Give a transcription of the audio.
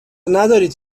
ندارید